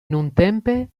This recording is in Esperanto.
nuntempe